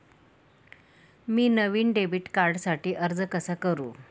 मी नवीन डेबिट कार्डसाठी अर्ज कसा करु?